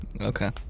Okay